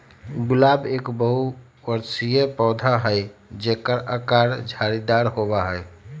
गुलाब एक बहुबर्षीय पौधा हई जेकर आकर झाड़ीदार होबा हई